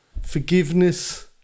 forgiveness